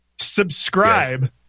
Subscribe